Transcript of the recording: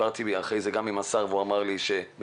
דיברתי אחרי כן גם עם השר, והוא אמר לי שמבחינת